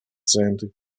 zajętych